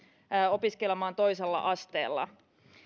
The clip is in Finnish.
opiskelemaan toisella asteella